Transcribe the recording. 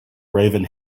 raven